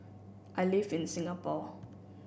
I live in Singapore